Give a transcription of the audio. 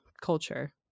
culture